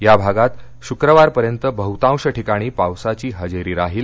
या भागात शुक्रवारपर्यंत बहुतांश ठिकाणी पावसाची हजेरी राहील